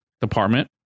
department